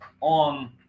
on